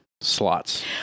Slots